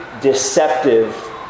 deceptive